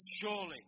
surely